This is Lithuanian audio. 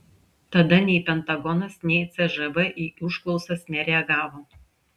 tada nei pentagonas nei cžv į užklausas nereagavo